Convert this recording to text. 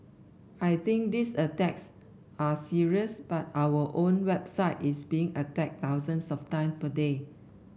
I think these attacks are serious but our own website is being attacked thousands of time per day